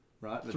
right